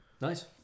Nice